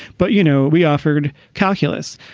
but, you know, we offered calculus.